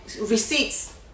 receipts